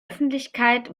öffentlichkeit